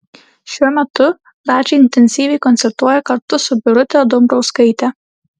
šiuo metu radži intensyviai koncertuoja kartu su birute dambrauskaite